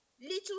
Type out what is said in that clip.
little